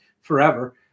forever